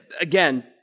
Again